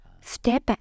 Step